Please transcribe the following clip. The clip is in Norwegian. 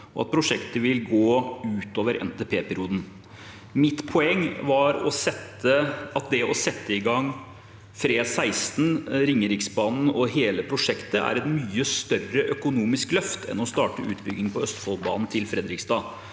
og at prosjektet vil gå ut over NTP-perioden. Mitt poeng var at å sette i gang FRE16 med Ringeriksbanen og hele det prosjektet er et mye større økonomisk løft enn å starte utbyggingen på Østfoldbanen til Fredrikstad.